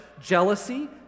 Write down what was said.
jealousy